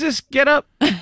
get-up